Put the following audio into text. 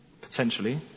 potentially